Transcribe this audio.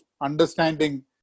understanding